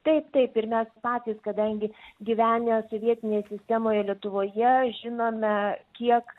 taip taip ir mes patys kadangi gyvenę sovietinėje sistemoje lietuvoje žinome kiek